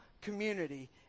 community